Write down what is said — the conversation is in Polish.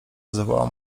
zawołał